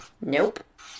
Nope